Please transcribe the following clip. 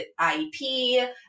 IEP